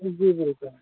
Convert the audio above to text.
جی بالکل